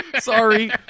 Sorry